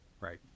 Right